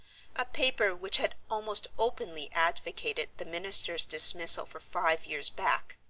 a paper which had almost openly advocated the minister's dismissal for five years back,